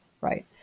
right